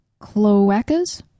cloacas